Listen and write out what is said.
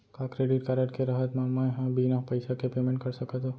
का credit card के रहत म, मैं ह बिना पइसा के पेमेंट कर सकत हो?